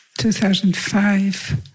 2005